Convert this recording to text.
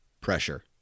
pressure